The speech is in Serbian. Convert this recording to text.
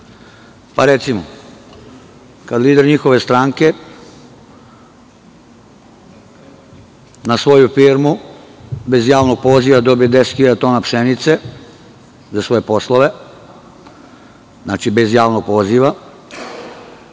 Recimo, kada lider njihove stranke na svoju firmu, bez javnog poziva, dobije 10 hiljada tona pšenice za svoje poslove, znači, bez javnog poziva,